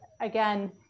again